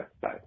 Bye